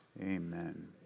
Amen